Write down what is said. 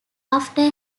after